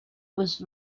was